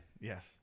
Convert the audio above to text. Yes